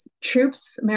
troops